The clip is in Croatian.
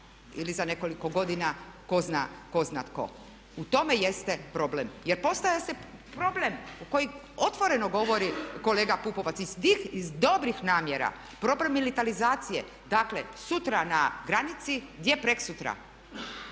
ili za nekoliko godina tko zna tko. U tome jeste problem. Jer postavlja se problem koji otvoreno govori kolega Pupovac iz dobrih namjera, problem militarizacije. Dakle, sutra na granici, gdje preksutra?